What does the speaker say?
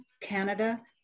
Canada